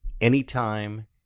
anytime